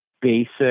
basic